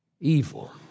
evil